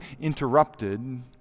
interrupted